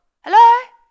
hello